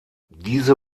diese